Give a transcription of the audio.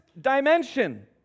dimension